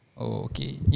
Okay